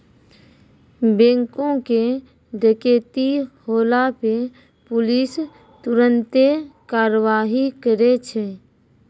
बैंको के डकैती होला पे पुलिस तुरन्ते कारवाही करै छै